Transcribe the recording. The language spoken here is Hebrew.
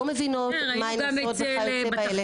לא מבינות מה הן עושות וכיוצא באלה --- ראינו